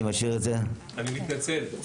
אני מתנצל.